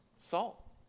salt